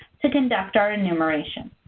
to conduct our enumeration.